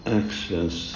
access